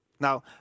Now